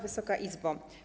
Wysoka Izbo!